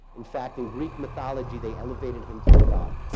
in fact, in greek mythology they elevated him to a god.